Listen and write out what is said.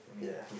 ya